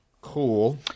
Cool